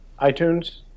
iTunes